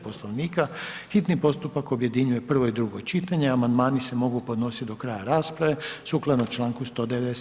Poslovnika, hitni postupak objedinjuje prvo i drugo čitanje a amandmani se mogu podnositi do kraja rasprave sukladno članku 197.